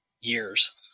years